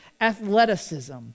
athleticism